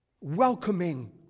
welcoming